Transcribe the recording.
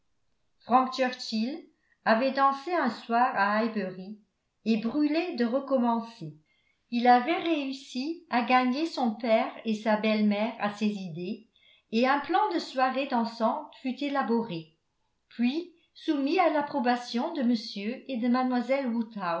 churchill avait dansé un soir à highbury et brûlait de recommencer il avait réussi à gagner son père et sa belle-mère à ses idées et un plan de soirée dansante fut élaboré puis soumis à l'approbation de m et de